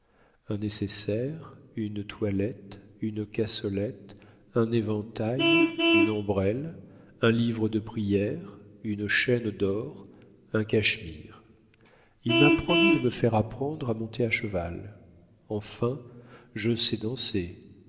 un nécessaire une toilette une cassolette un éventail une ombrelle un livre de prières une chaîne d'or un cachemire il m'a promis de me faire apprendre à monter à cheval enfin je sais danser